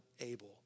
able